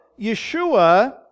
Yeshua